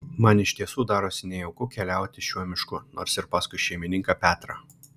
man iš tiesų darosi nejauku keliauti šiuo mišku nors ir paskui šeimininką petrą